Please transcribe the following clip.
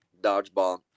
dodgeball